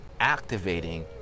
activating